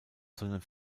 sondern